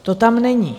To tam není.